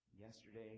yesterday